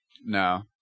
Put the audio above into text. No